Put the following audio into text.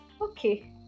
Okay